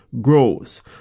grows